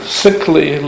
sickly